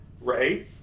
Ray